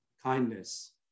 Kindness